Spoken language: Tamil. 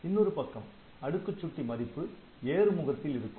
இன்னொரு பக்கம் அடுக்குச் சுட்டி மதிப்பு ஏறுமுகத்தில் இருக்கும்